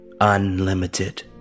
unlimited